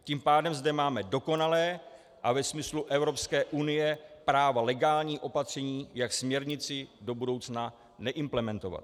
Tím pádem zde máme dokonalé a ve smyslu práva Evropské unie legální opatření, jak směrnici do budoucna neimplementovat.